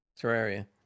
Terraria